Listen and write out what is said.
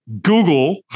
Google